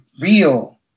real